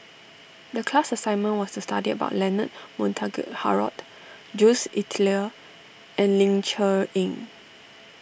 the class assignment was to study about Leonard Montague Harrod Jules Itier and Ling Cher Eng